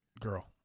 girl